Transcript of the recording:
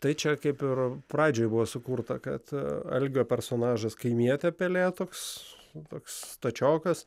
tai čia kaip ir pradžioje buvo sukurta kad algio personažas kaimietė pelė toks toks stačiokas